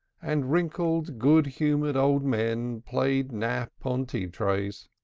and wrinkled good-humored old men played nap on tea-trays.